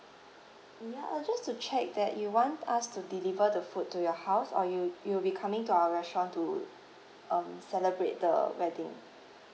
mm ya uh just to check that you want us to deliver the food to your house or you you will be coming to our restaurant to um celebrate the wedding